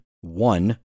one